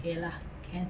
okay lah can